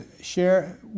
share